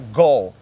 goal